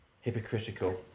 hypocritical